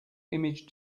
image